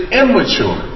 immature